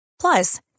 Plus